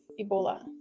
Ebola